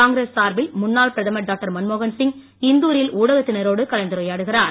காங்கிரஸ் சார்பில் முன்னாள் பிரதமர் டாக்டர் மன்மோகன் சிங் இந்தூரில் ஊடகத்தினரோடு கலந்துரையாடுகிறார்